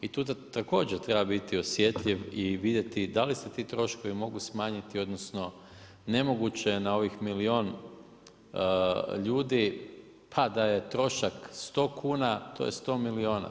I tu također treba biti osjetljiv i vidjeti da li se ti troškovi mogu smanjiti, odnosno nemoguće je na ovih milijun ljudi, pa da je trošak 100 kuna to je sto milijuna.